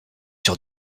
sur